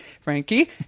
Frankie